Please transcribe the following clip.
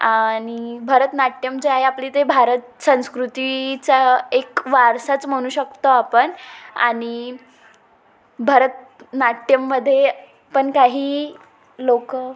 आणि भरतनाट्यम जे आहे आपली ते भारत संस्कृतीचा एक वारसाच म्हणू शकतो आपण आणि भरतनाट्यममध्ये पण काही लोक